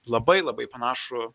labai labai panašų